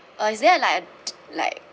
uh is there like a d~ like